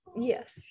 Yes